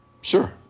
sure